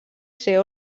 ser